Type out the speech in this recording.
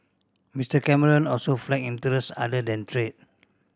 Mister Cameron also flagged interests other than trade